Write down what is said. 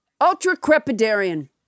Ultra-crepidarian